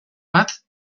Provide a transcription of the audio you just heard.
bat